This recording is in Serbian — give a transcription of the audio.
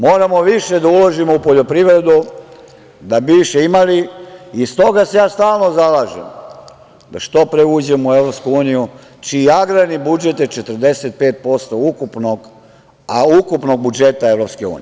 Moramo više da uložimo u poljoprivredu da bi više imali i s toga se ja stalno zalažem da što pre uđemo u EU, čiji agrarni budžet je 45% ukupnog budžeta EU.